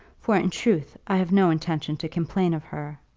for, in truth, i have no intention to complain of her.